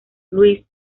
luis